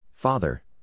Father